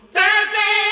Thursday